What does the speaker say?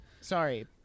Sorry